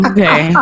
Okay